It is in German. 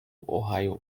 ohio